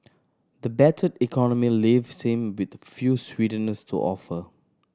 the battered economy leaves him with few sweeteners to offer